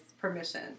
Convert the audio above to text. permission